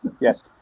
yes